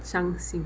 伤心